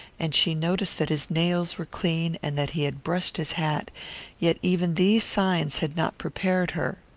and she noticed that his nails were clean and that he had brushed his hat yet even these signs had not prepared her!